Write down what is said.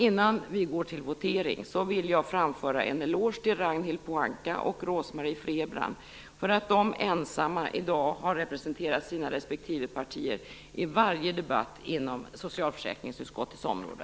Innan vi går till votering vill jag framföra en eloge till Ragnhild Pohanka och Rose Marie Frebran för att de ensamma i dag har representerat sina respektive partier i varje debatt inom socialförsäkringsutskottets område.